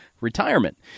retirement